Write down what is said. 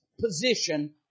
position